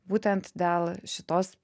būtent dėl šitos